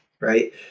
Right